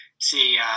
See